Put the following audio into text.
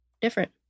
different